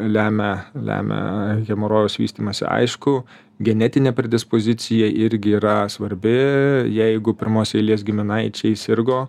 lemia lemia hemorojaus vystymąsi aišku genetinė predispozicija irgi yra svarbi jeigu pirmos eilės giminaičiai sirgo